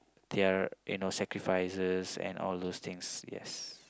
their you know sacrifices and all those things yes